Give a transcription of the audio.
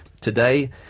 Today